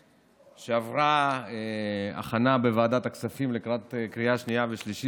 שעברו הכנה בוועדת הכספים לקראת הקריאה השנייה והשלישית,